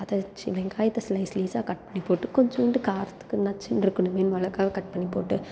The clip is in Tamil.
அதை வச்சு வெங்காயத்தை ஸ்லைஸ் ஸ்லைஸ்சாக கட் பண்ணி போட்டு கொஞ்சண்டு காரத்துக்கு நச்சுன்னிருக்கணுமேனு மிளகாவ கட் பண்ணி போட்டு